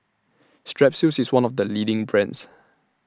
Strepsils IS one of The leading brands